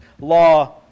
Law